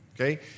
okay